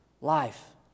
Life